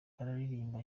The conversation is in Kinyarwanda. bararirimba